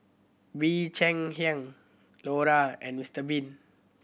Bee Cheng Hiang Lora and Mister Bean